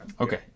Okay